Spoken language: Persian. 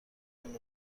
کنید